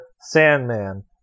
Sandman